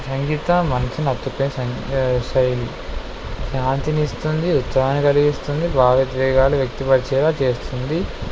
సంగీతం మనసును హత్తుకునే సీ శైలి శాంతిని ఇస్తుంది ఉత్సాహాన్ని కలిగిస్తుంది భావిద్వేగాలు వ్యక్తిపరిచేలాగ చేస్తుంది